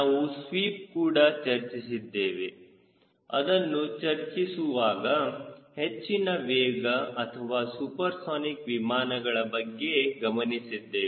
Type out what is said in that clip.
ನಾವು ಸ್ವೀಪ್ ಕೂಡ ಚರ್ಚಿಸಿದ್ದೇವೆ ಅದನ್ನು ಚರ್ಚಿಸುವಾಗ ಹೆಚ್ಚಿನ ವೇಗ ಅಥವಾ ಸೂಪರ್ಸೋನಿಕ್ ವಿಮಾನಗಳ ಬಗ್ಗೆ ಗಮನಿಸಿದ್ದೇವೆ